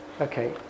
Okay